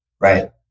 Right